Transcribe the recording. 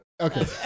Okay